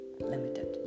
limited